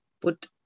put